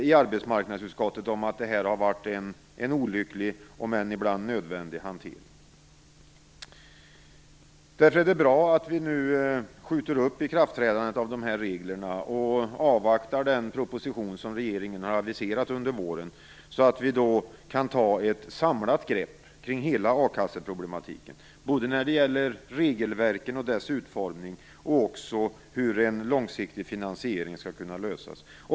Därför är det bra att vi nu skjuter upp ikraftträdandet av reglerna och avvaktar den proposition som regeringen har aviserat till våren, så att vi kan ta ett samlat grepp på hela a-kasseproblematiken, både när det gäller regelverken och deras utformning och när det gäller den långsiktiga finansieringen.